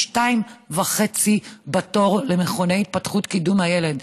שניים וחצי בתור למכונים להתפתחות הילד,